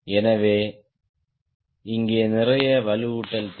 எனவே இங்கே நிறைய வலுவூட்டல் தேவை